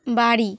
বাড়ি